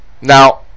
Now